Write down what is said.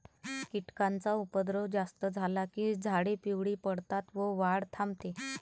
कीटकांचा उपद्रव जास्त झाला की झाडे पिवळी पडतात व वाढ थांबते